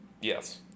Yes